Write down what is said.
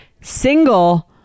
Single